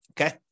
Okay